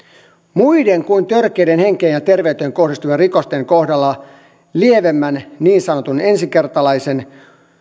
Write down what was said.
muiden kuin törkeiden henkeen ja terveyteen kohdistuvien rikosten kohdalla lievemmän niin sanotun ensikertalaisen